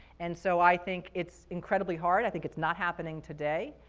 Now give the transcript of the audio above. and so i think it's incredibly hard. i think it's not happening today,